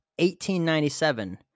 1897